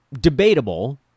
Debatable